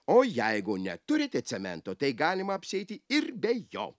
o jeigu neturite cemento tai galima apsieiti ir be jo